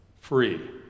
free